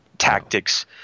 tactics